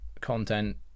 content